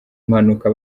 mpanuka